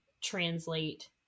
translate